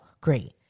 great